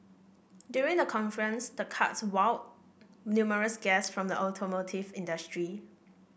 during the conference the karts wowed numerous guests from the automotive industry